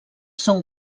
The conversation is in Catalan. són